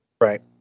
right